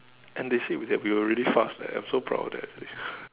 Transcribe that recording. and they said that we are already fast eh I am so proud of that